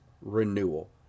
renewal